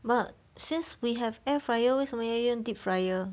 but since we have air fryer 为什么要用 deep fryer